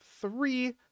three